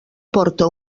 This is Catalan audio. porta